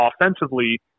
offensively